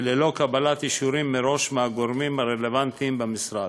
וללא קבלת אישורים מראש מהגורמים הרלוונטיים במשרד,